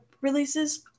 releases